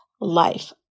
life